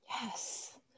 Yes